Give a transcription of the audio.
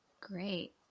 Great